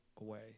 away